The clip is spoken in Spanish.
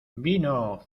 vino